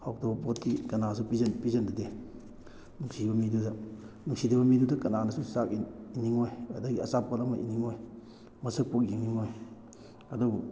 ꯍꯥꯎꯇꯕ ꯄꯣꯠꯇꯤ ꯀꯅꯥꯁꯨ ꯄꯤꯖꯅꯗꯦ ꯅꯨꯡꯁꯤꯕ ꯃꯤꯗꯨꯗ ꯅꯨꯡꯁꯤꯗꯕ ꯃꯤꯗꯨꯗ ꯀꯅꯥꯅꯁꯨ ꯆꯥꯛ ꯏꯟꯅꯤꯡꯂꯣꯏ ꯑꯗꯒꯤ ꯑꯆꯥꯄꯣꯠ ꯑꯃ ꯏꯟꯅꯤꯡꯂꯣꯏ ꯃꯁꯛ ꯐꯥꯎ ꯌꯦꯡꯅꯤꯡꯂꯣꯏ ꯑꯗꯨꯕꯨ